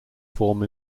form